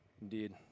Indeed